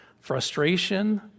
frustration